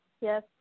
Yes